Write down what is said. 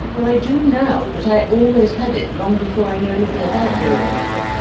well i do now but i always had it long before i knew anything about neural networks.